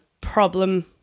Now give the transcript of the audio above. problem